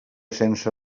sense